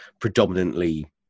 predominantly